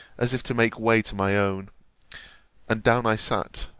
as if to make way to my own and down i sat,